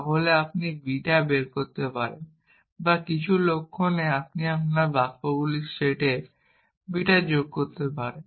তাহলে আপনি বিটা বের করতে পারেন বা কিছু লক্ষণে আপনি আপনার বাক্যগুলির সেটে বিটা যোগ করতে পারেন